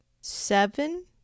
seven